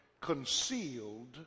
concealed